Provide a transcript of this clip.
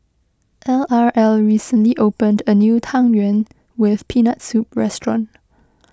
L R L recently opened a new Tang Yuen with Peanut Soup restaurant